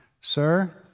sir